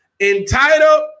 Entitled